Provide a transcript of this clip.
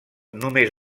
només